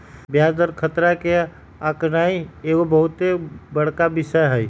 ब्याज दर खतरा के आकनाइ एगो बहुत बड़का विषय हइ